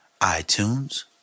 iTunes